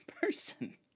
person